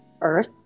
Earth